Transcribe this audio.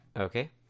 Okay